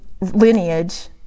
lineage